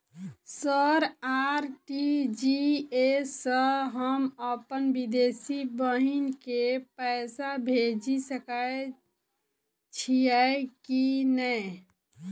Sir RTGS सँ हम अप्पन विदेशी बहिन केँ पैसा भेजि सकै छियै की नै?